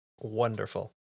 Wonderful